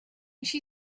she